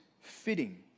fitting